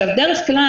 בדרך כלל,